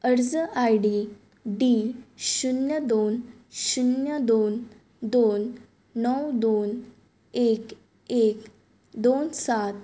अर्ज ID D शुन्य दोन शुन्य दोन दोन णव दोन एक एक दोन सात